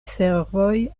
servoj